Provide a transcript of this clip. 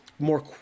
more